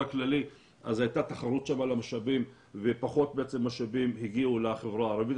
הכללי אז הייתה תחרות על המשאבים ופחות משאבים הגיעו לחברה הערבית,